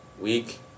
week